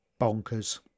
bonkers